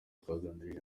twaganiriye